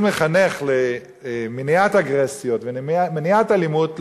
לחנך למניעת אגרסיות ולמניעת אלימות,